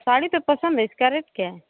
साड़ी तो पसंद है इसका रेट क्या है